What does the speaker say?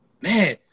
man